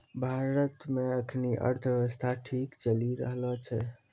भारत मे एखनी अर्थव्यवस्था ठीक चली रहलो छै